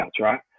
right